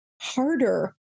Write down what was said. harder